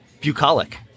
Bucolic